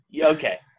Okay